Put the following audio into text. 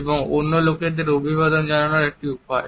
এটি অন্য লোকেদের অভিবাদন জানানোর একটি উপায়